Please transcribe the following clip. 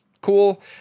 Cool